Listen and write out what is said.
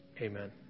Amen